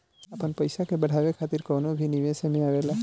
आपन पईसा के बढ़ावे खातिर कवनो भी निवेश एमे आवेला